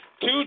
two